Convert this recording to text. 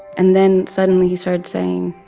and then suddenly, he started saying.